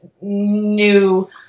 new